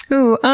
ooh,